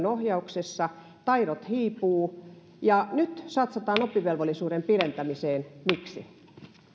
ohjauksessa taidot hiipuvat ja nyt satsataan oppivelvollisuuden pidentämiseen miksi